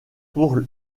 pour